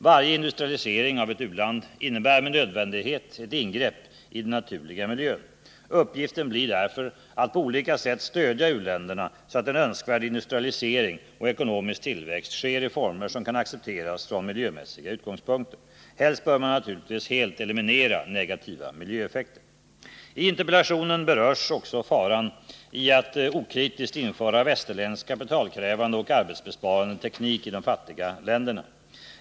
Varje industrialisering av ett u-land innebär med nödvändighet ett ingrepp i den naturliga miljön. Uppgiften blir därför att på olika sätt stödja u-länderna så att en önskvärd industrialisering och ekonomisk tillväxt sker i former som kan accepteras från miljömässiga utgångspunkter. Helst bör man naturligtvis helt eliminera negativa miljöeffekter. I interpellationen berörs också faran i att okritiskt införa västerländsk kapitalkrävande och arbetsbesparande teknik i de fattiga länderna.